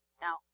Now